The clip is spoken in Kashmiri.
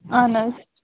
اَہَن حظ